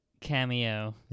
cameo